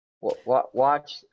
watch